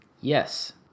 Yes